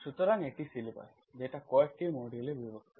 সুতরাং এটি সিলেবাস যেটা কয়েকটি মডিউল এ বিভক্ত